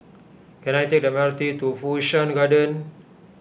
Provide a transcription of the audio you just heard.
can I take the M R T to Fu Shan Garden